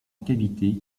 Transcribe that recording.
cavité